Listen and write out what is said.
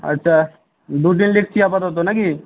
আচ্ছা দুটিন লিখছি আপাতত নাকি